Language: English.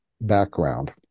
background